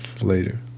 later